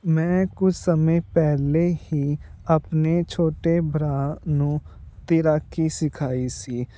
ਮੈਂ ਕੁਝ ਸਮੇਂ ਪਹਿਲਾਂ ਹੀ ਆਪਣੇ ਛੋਟੇ ਭਰਾ ਨੂੰ ਤੈਰਾਕੀ ਸਿਖਾਈ ਸੀ